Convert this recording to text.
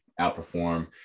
outperform